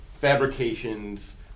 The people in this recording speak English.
fabrications